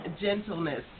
gentleness